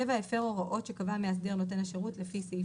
הפר הוראות שקבע מאסדר נותן השירות לפי סעיף